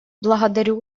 благодарю